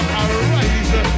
arise